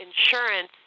insurance